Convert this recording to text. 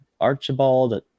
Archibald